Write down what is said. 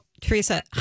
Teresa